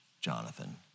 Jonathan